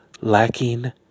lacking